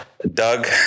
Doug